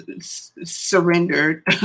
surrendered